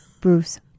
Bruce